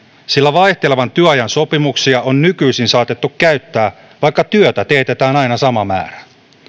sillä vaihtelevan työajan sopimuksia on nykyisin saatettu käyttää vaikka työtä teetetään aina sama määrä